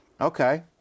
okay